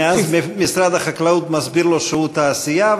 ואז משרד החקלאות מסביר לו שהוא תעשייה,